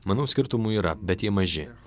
manau skirtumų yra bet jie maži